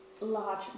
large